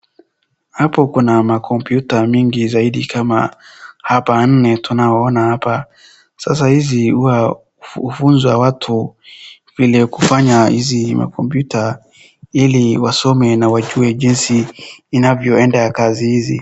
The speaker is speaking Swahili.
Hapo kuna makompyuta mingi zaidi kama hapa nne tunaona hapa, sasa hizi huwa hufunza watu vile kufanya hizi makompyuta ili wasome na wajue jinsi inavyo enda kazi hizi.